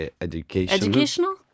educational